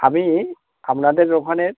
আমি আপনাদের ওখানের